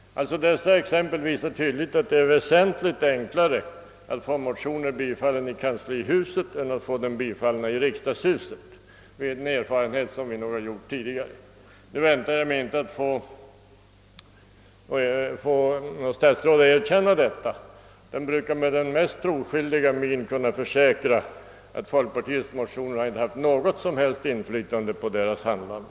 Dessa exempel visar tydligt att det är väsentligt enklare att få motioner bifallna i kanslihuset än att få dem bifallna i riksdagshuset — det är en erfarenhet som vi har gjort tidigare också. Jag väntar mig inte att något statsråd skall erkänna detta. De brukar med den mest troskyldiga min kunna försäkra att folkpartiets motioner inte haft något som helst inflytande på deras handlande.